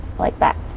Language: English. like that